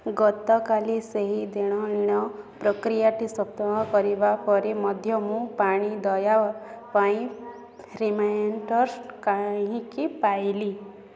ଗତକାଲି ସେହି ଦେଣନେଣ ପ୍ରକ୍ରିୟାଟି ସମାପ୍ତ କରିବା ପରେ ମଧ୍ୟ ମୁଁ ପାଣି ଦେୟ ପାଇଁ ରିମାଇଣ୍ଡର୍ କାହିଁକି ପାଇଲି